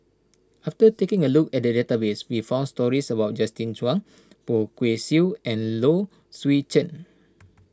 after taking a look at the database we found stories about Justin Zhuang Poh Kay Swee and Low Swee Chen